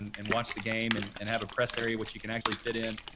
and watch the game, and and have a press area which you can actually fit in.